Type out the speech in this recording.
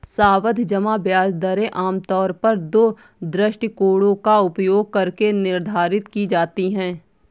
सावधि जमा ब्याज दरें आमतौर पर दो दृष्टिकोणों का उपयोग करके निर्धारित की जाती है